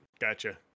Gotcha